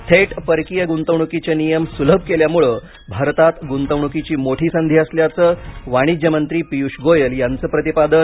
थेट परकीय गुंतवणुकीचे नियम सुलभ केल्यामुळे भारतात गुंतवणुकीची मोठी संधी असल्याचं वाणिज्य मंत्री पियुष गोयल यांचं प्रतिपादन